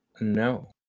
No